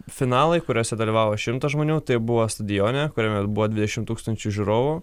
finalai kuriuose dalyvavo šimtas žmonių tai buvo stadione kuriame buvo dvidešimt tūkstančių žiūrovų